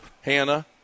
Hannah